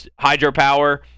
hydropower